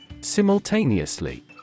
Simultaneously